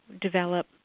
develop